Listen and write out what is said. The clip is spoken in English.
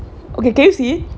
is just three dollar